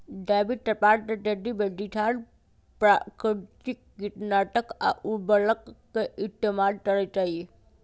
जैविक कपास के खेती में किसान प्राकिरतिक किटनाशक आ उरवरक के इस्तेमाल करई छई